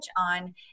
on